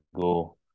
go